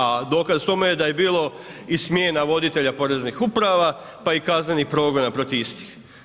A dokaz tome je da je bilo i smjena voditelja poreznih uprava, pa i kaznenih progona protiv istih.